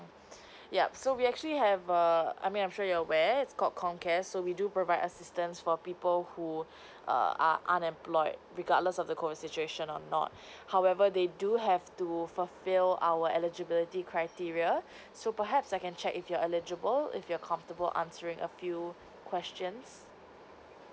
yup so we actually have err I mean I'm sure you're aware got comcare so we do provide assistance for people who err are unemployed regardless of the COVID situation or not however they do have to fulfilled our eligibility criteria so perhaps I can check if you're eligible if you're comfortable answering a few questions